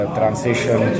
transition